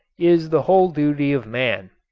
is the whole duty of man.